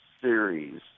series